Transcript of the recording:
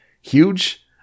huge